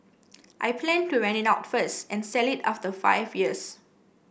I plan to rent it out first and sell it after five years